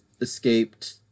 escaped